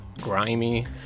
grimy